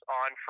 on